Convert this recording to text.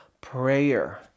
prayer